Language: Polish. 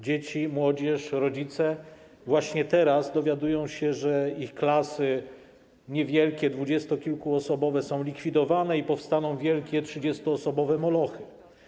Dzieci, młodzież, rodzice właśnie teraz dowiadują się, że w wielu szkołach niewielkie, dwudziestokilkuosobowe klasy są likwidowane i powstaną wielkie, trzydziestoosobowe molochy.